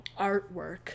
artwork